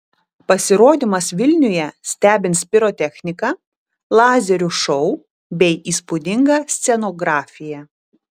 pasirodymas vilniuje stebins pirotechnika lazerių šou bei įspūdinga scenografija